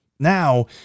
Now